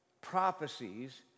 prophecies